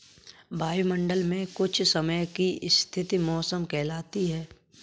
वायुमंडल मे कुछ समय की स्थिति मौसम कहलाती है